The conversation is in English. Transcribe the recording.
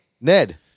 Ned